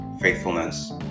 faithfulness